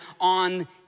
on